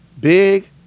Big